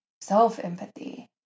self-empathy